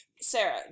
Sarah